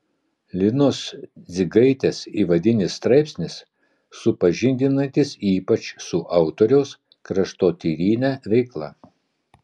linos dzigaitės įvadinis straipsnis supažindinantis ypač su autoriaus kraštotyrine veikla